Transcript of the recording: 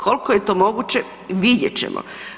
Koliko je to moguće, vidjet ćemo.